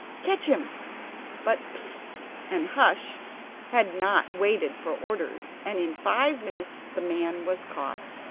catch him but psst and hush had not waited for orders, and in five minutes the man was caught.